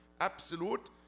absolute